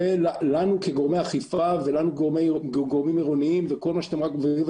ולנו כגורמי אכיפה ולנו גרומים עירוניים וכל מה שאתם רואים.